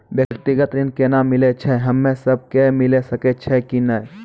व्यक्तिगत ऋण केना मिलै छै, हम्मे सब कऽ मिल सकै छै कि नै?